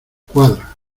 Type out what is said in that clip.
cuadra